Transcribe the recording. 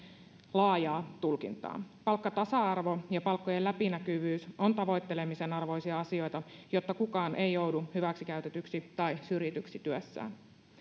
laajaa tulkintaa palkkatasa arvo ja palkkojen läpinäkyvyys ovat tavoittelemisen arvoisia asioita jotta kukaan ei joudu hyväksikäytetyksi tai syrjityksi työssään